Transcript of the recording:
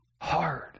hard